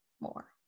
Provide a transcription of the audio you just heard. more